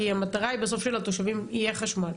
כי המטרה היא בסוף שלתושבים יהיה חשמל,